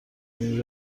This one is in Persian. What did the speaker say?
این